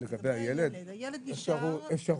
זו אפשרות.